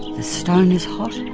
the stone is hot,